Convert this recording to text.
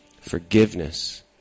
forgiveness